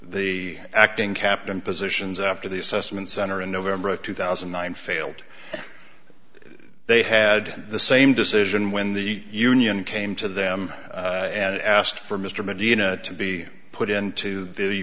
the acting captain positions after the assessment center in november of two thousand and nine failed they had the same decision when the union came to them and asked for mr medina to be put into